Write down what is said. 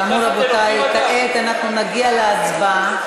כאמור, רבותי, כעת אנחנו נגיע להצבעה.